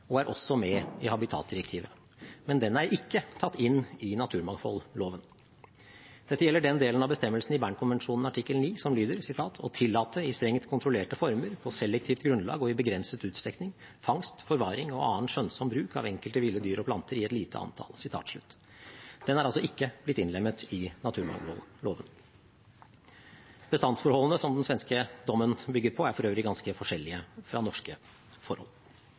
og er også med i Habitatdirektivet. Men den er ikke tatt inn i naturmangfoldloven. Dette gjelder den delen av bestemmelsen i Bern-konvensjonen artikkel 9 som lyder «å tillate, i strengt kontrollerte former, på selektivt grunnlag og i begrenset utstrekning, fangst, forvaring og annen skjønnsom bruk av enkelte ville dyr og planter i et lite antall». Den er altså ikke blitt innlemmet i naturmangfoldloven. Bestandsforholdene som den svenske dommen bygger på, er for øvrig ganske forskjellige fra norske forhold.